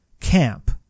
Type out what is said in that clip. camp